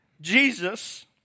Jesus